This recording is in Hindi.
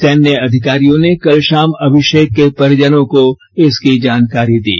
सैन्य अधिकारियों ने कल भााम अभिशेक के परिजनों को इसकी जानकारी दी